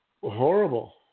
horrible